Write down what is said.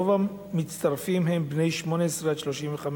רוב המצטרפים הם בני 18 35,